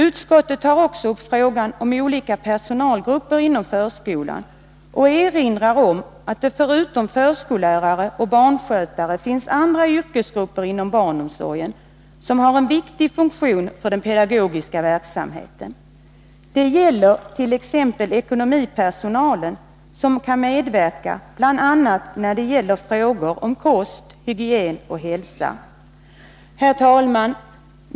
Utskottet tar också upp frågan om de olika personalgrupperna inom förskolan och erinrar om att det förutom förskollärare och barnskötare finns andra yrkesgrupper inom barnomsorgen som har en viktig funktion för den pedagogiska verksamheten. Det gäller t.ex. ekonomipersonalen, som kan medverka, bl.a. när det gäller frågor om kost, hygien och hälsa. Herr talman!